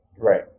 right